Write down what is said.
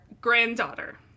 Granddaughter